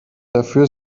dafür